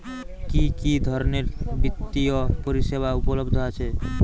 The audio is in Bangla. কি কি ধরনের বৃত্তিয় পরিসেবা উপলব্ধ আছে?